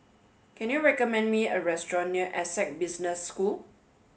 can you recommend me a restaurant near Essec Business School